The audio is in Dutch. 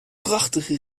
prachtige